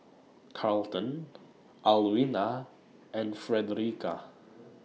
Carlton Alwina and Fredericka